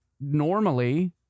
normally